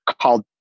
called